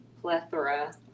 plethora